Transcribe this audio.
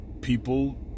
people